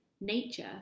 nature